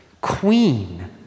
Queen